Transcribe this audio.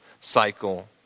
cycle